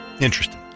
Interesting